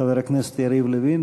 חבר הכנסת יריב לוין.